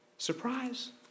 Surprise